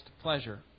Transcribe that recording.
pleasure